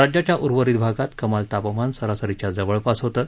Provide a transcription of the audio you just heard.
राज्याच्या उर्वरित भागात कमाल तापमान सरासरीच्या जवळपास होतं